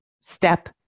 step